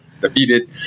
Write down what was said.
defeated